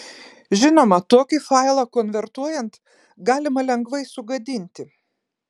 žinoma tokį failą konvertuojant galima lengvai sugadinti